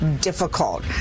difficult